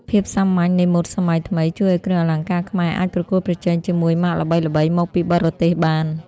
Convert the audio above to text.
ភាពសាមញ្ញនៃម៉ូដសម័យថ្មី ជួយឱ្យគ្រឿងអលង្ការខ្មែរអាចប្រកួតប្រជែងជាមួយម៉ាកល្បីៗមកពីបរទេសបាន។